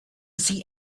see